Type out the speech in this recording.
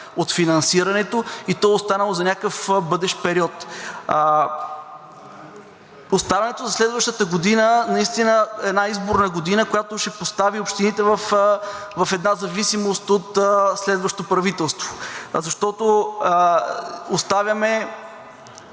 от финансирането и то е останало за някакъв бъдещ период. Оставането за следващата година – наистина една изборна година, която ще постави общините в една зависимост от следващо правителство. Защото оставяме